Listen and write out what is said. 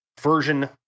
version